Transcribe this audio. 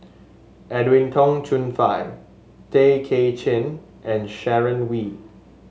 Edwin Tong Chun Fai Tay Kay Chin and Sharon Wee